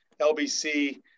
LBC